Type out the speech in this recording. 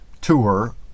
tour